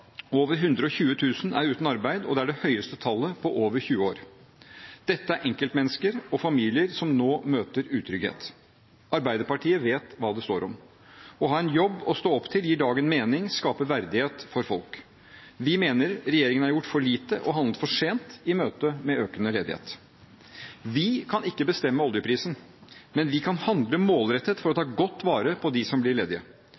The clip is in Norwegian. Over 120 000 er uten arbeid, og det er det høyeste tallet på over 20 år. Dette er enkeltmennesker og familier som nå møter utrygghet. Arbeiderpartiet vet hva det står om. Å ha en jobb å stå opp til gir dagen mening og skaper verdighet for folk. Vi mener regjeringen har gjort for lite og handlet for sent i møte med økende ledighet. Vi kan ikke bestemme oljeprisen, men vi kan handle målrettet for å ta godt vare på dem som blir ledige.